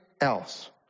else